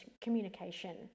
communication